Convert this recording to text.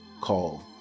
Call